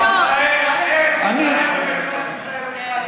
ארץ ישראל ומדינת ישראל חד הן.